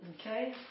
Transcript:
Okay